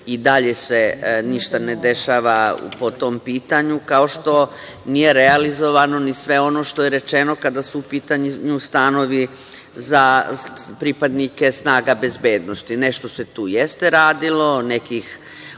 i dalje se ništa ne dešava po tom pitanju, kao što nije realizovano ni sve ono što je rečno kada su u pitanju stanovi za pripadnike snaga bezbednosti. Nešto se tu jeste radilo, nekih